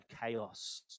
chaos